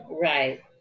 Right